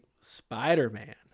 Spider-Man